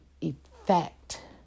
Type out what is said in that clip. effect